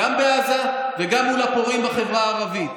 גם בעזה וגם מול הפורעים בחברה הערבית.